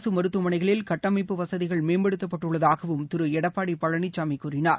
அரசு மருத்துவமனைளில் கட்டமைப்பு வசதிகள் மேம்படுத்தப் பட்டுள்ளதாகவும் திரு எடப்பாடி பழனிசாமி கூறினார்